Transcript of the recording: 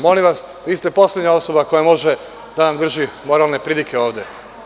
Molim vas, vi ste poslednja osoba koja može da nam drži moralne pridike ovde.